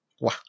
Wow